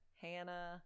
Hannah